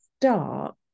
start